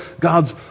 God's